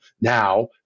now